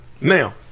Now